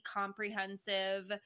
comprehensive